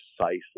precisely